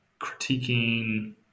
critiquing